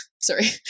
sorry